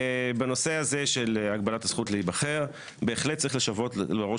בנושא הזה של הגבלת הזכות להיבחר בהחלט צריך לשוות בראש